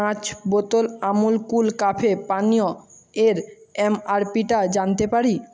পাঁচ বোতল Amul cool cafe পানীয়ের এমআরপিটা জানতে পারি